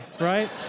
right